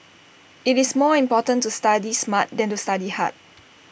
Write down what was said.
IT is more important to study smart than to study hard